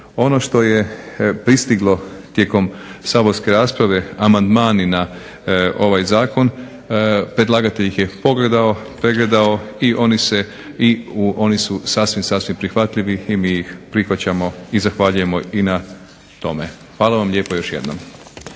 Ono što je pristiglo tijekom saborske rasprave amandmani na ovaj zakon, predlagatelj ih je pogledao, pregledao i oni su sasvim, sasvim prihvatljivi i mi ih prihvaćamo i zahvaljujemo i na tome. Hvala vam lijepo još jednom.